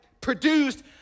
produced